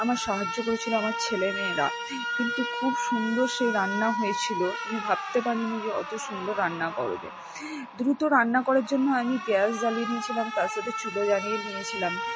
আমার সাহায্য করেছিলো আমার ছেলেমেয়েরা কিন্তু খুব সুন্দর সেই রান্না হয়েছিলো আমি ভাবতে পারি নি যে অত সুন্দর রান্না করবে দ্রুত রান্না করার জন্য আমি গ্যাস জ্বালিয়ে নিয়েছিলাম তার সাথে চুলো জ্বালিয়ে নিয়েছিলাম